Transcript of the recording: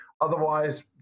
otherwise